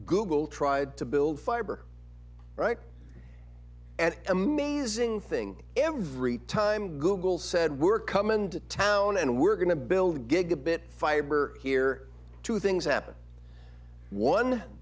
google tried to build fiber and amazing thing every time google said we're coming to town and we're going to build gigabit fiber here two things happen one